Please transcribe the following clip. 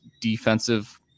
defensive